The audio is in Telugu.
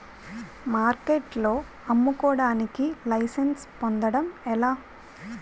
మార్కెట్లో అమ్ముకోడానికి లైసెన్స్ పొందడం ఎలా?